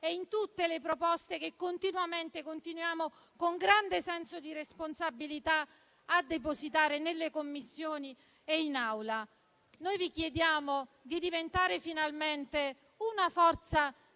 e in tutte le proposte che continuiamo, con grande senso di responsabilità, a depositare nelle Commissioni e in Aula. Noi vi chiediamo di diventare finalmente una forza